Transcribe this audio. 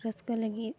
ᱨᱟᱹᱥᱠᱟᱹ ᱞᱟᱹᱜᱤᱫ